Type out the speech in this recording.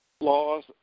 laws